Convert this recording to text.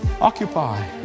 Occupy